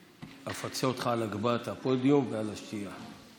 אפצה אותך על הגבהת הפודיום ועל השתייה.